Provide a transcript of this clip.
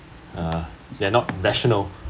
uh they're not rational